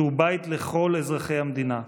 שהוא בית לכל אזרחי המדינה,